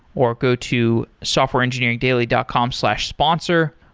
or go to softwareengineeringdaily dot com slash sponsor,